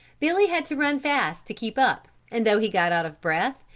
billy had to run fast to keep up and though he got out of breath,